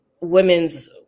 women's